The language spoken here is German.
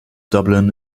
dublin